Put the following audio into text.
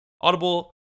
Audible